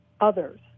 others